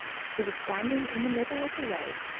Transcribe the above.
she was standing in the middle of the road,